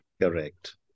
Correct